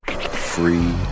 Free